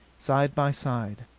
side by side.